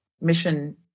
mission